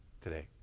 today